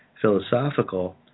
philosophical